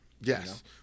Yes